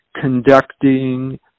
conducting